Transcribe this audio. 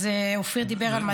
אז אופיר דיבר על מתן.